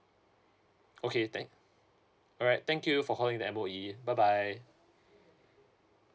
okay thank alright thank you for calling the M_O_E bye bye